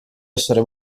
essere